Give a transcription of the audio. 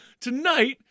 tonight